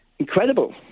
incredible